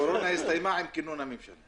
לכן אני רואה את זה כפגם משמעותי בעבודת